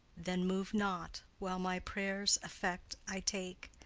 then move not while my prayer's effect i take.